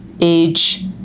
age